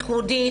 ייחודית,